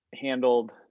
handled